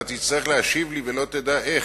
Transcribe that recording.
אתה תצטרך להשיב לי ולא תדע איך,